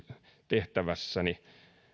tehtävässäni